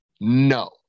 no